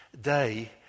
Day